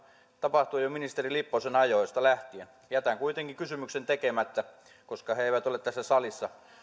tapahtua jo ministeri lipposen ajoista lähtien jätän kuitenkin kysymyksen tekemättä koska he eivät ole tässä salissa